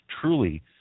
truly